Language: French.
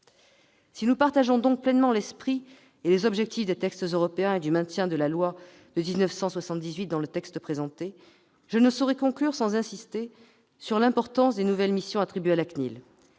Si nous partageons pleinement l'esprit et les objectifs des textes européens et la volonté de maintien de la loi de 1978 dans le projet de loi, je ne saurais conclure sans insister sur l'importance des nouvelles missions attribuées à la CNIL.